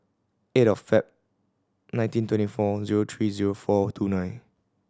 eight of Feb nineteen twenty four zero three zero four two nine